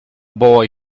boy